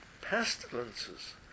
Pestilences